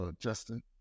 justin